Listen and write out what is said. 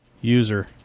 User